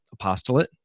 apostolate